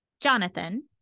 Jonathan